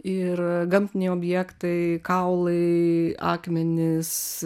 ir gamtiniai objektai kaulai akmenys